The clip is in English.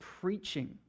preaching